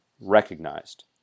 recognized